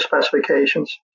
specifications